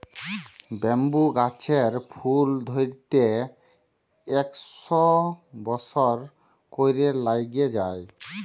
bamboo গাহাচের ফুল ধ্যইরতে ইকশ বসর ক্যইরে ল্যাইগে যায়